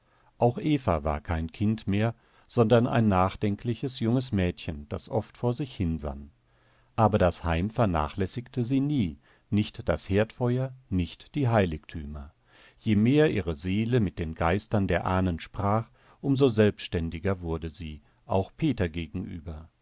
auch eva war kein kind mehr sondern ein nachdenkliches junges mädchen das oft vor sich hinsann aber das heim vernachlässigte sie nie nicht das herdfeuer nicht die heiligtümer je mehr ihre seele mit den geistern der ahnen sprach um so selbständiger wurde sie auch peter gegenüber